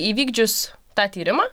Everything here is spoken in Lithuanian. įvykdžius tą tyrimą